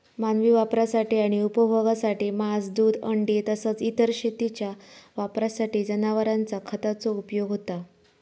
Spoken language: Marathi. मानवी वापरासाठी आणि उपभोगासाठी मांस, दूध, अंडी तसाच इतर शेतीच्या वापरासाठी जनावरांचा खताचो उपयोग होता